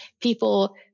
people